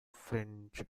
french